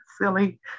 silly